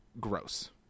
gross